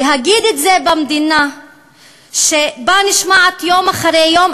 להגיד את זה במדינה שבה נשמעת יום אחרי יום,